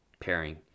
pairing